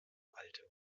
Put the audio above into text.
alte